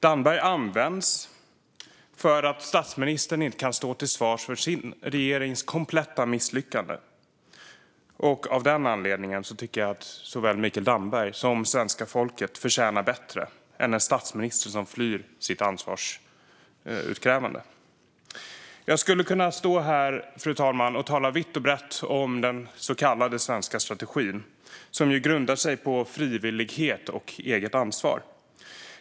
Damberg används för att statsministern inte kan stå till svars för sin regerings kompletta misslyckande. Av den anledningen tycker jag att såväl Mikael Damberg som svenska folket förtjänar bättre än en statsminister som flyr ett ansvarsutkrävande. Fru talman! Jag skulle kunna stå här och tala vitt och brett om den så kallade svenska strategin som grundar sig på frivillighet och eget ansvar.